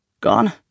Gone